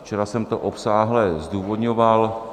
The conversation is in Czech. Včera jsem to obsáhle zdůvodňoval.